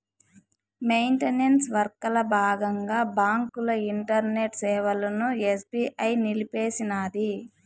maintenance వర్కల బాగంగా బాంకుల ఇంటర్నెట్ సేవలని ఎస్బీఐ నిలిపేసినాది